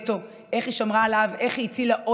איך גם בגטו היא שמרה עליו,